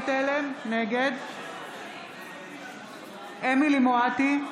תלם, נגד אמילי חיה מואטי,